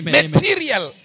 material